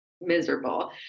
miserable